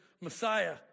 Messiah